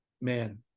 man